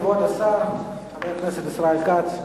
כבוד השר חבר הכנסת ישראל כץ,